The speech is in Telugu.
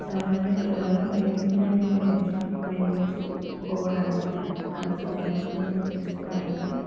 చాలానే కళలు నైపుణ్యాన్ని మెంచుకోవడానికి మంచి నైపుణ్యాన్ని పెంచుకోవడానికి